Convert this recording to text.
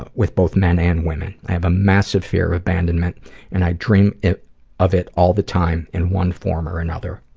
but with both men and women. i have a massive fear of abandonment and i dream of it all the time, in one form or another.